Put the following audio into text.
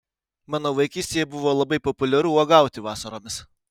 mano vaikystėje buvo labai populiaru uogauti vasaromis